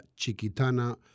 Chiquitana